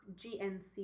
GNC